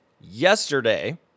yesterday